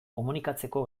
komunikatzeko